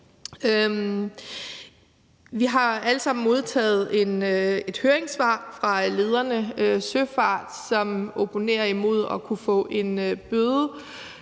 Vi har alle sammen modtaget et høringssvar fra Lederne Søfart, som opponerer imod det at kunne få en bøde,